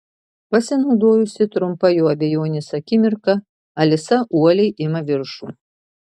pasinaudojusi trumpa jo abejonės akimirka alisa uoliai ima viršų